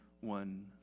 one